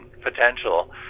potential